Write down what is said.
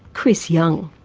chris young.